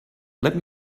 let